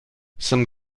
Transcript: some